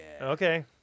Okay